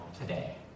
today